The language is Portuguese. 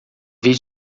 vez